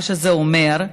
מה שזה אומר,